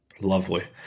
Lovely